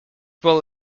will